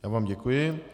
Já vám děkuji.